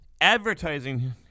advertising